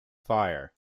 fire